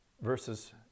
versus